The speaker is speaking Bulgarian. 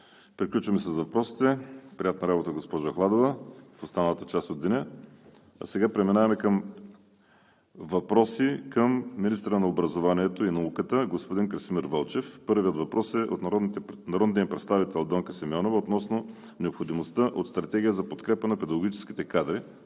Приключваме с въпросите – приятна работа, госпожо Ахладова, в останалата част от деня. Сега преминаваме на въпроси към министъра на образованието и науката господин Красимир Вълчев. Първият въпрос е от народния представител Донка Симеонова относно необходимостта от Стратегия за подкрепа на педагогическите кадри.